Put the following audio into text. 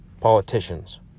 politicians